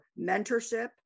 mentorship